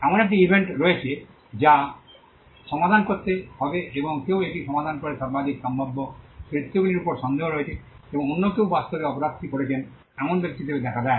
এমন একটি ইভেন্ট রয়েছে যা সমাধান করতে হবে এবং কেউ এটি সমাধান করে সর্বাধিক সম্ভাব্য চরিত্রগুলির উপর সন্দেহ রয়েছে এবং অন্য কেউ বাস্তবে অপরাধটি করেছেন এমন ব্যক্তি হিসাবে দেখা দেয়